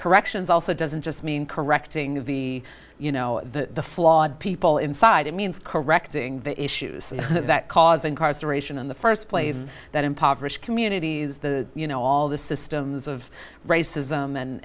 corrections also doesn't just mean correcting the you know the flawed people inside it means correcting the issues that caused incarceration in the first place that impoverished communities the you know all the systems of racism and